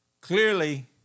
Clearly